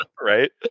Right